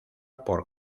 por